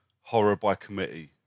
horror-by-committee